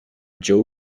joe